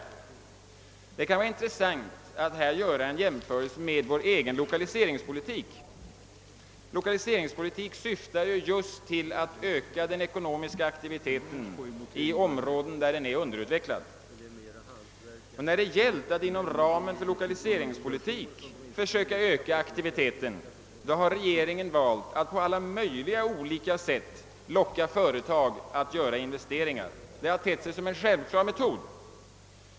Det kan vara intressant att göra en jämförelse med vår egen lokaliseringspolitik. Lokaliseringspolitik syftar ju just till att öka den ekonomiska aktiviteten i områden där den är underutvecklad. När det gällt att inom ramen för lokaliseringspolitiken försöka öka aktiviteten har regeringen valt att på alla möjliga sätt locka företag att göra investeringar, och detta har tett sig som en självklar metod.